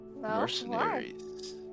Mercenaries